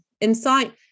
insight